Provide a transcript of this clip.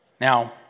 Now